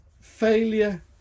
Failure